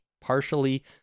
partially